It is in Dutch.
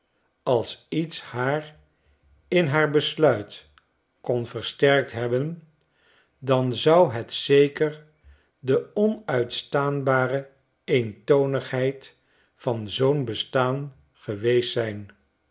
als iets haar in haar besluit kon versterkt hebben dan zou het zeker de onuitstaanbare eentonigheid van zoo'n bestaan geweest zijn